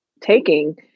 taking